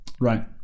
Right